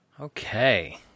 Okay